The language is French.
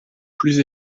plus